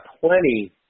plenty